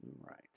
Right